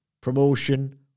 promotion